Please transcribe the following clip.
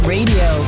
Radio